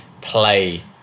play